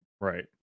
Right